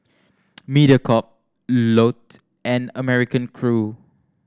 Mediacorp Lotte and American Crew